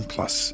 Plus